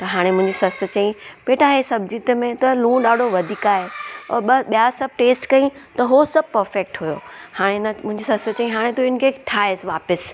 त हाणे मुंहिंजी ससु चई बेटा इहे सब्जी त में त लूणु ॾाढो वधीक आहे ऐं ॿ ॿिया सभु टेस्ट कई त इहो सभु पफेक्ट हुयो हाणे न मुंहिंजी ससु चई हाणे तू इनखे ठाइसि वापसि